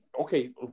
okay